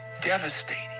devastating